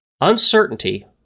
Uncertainty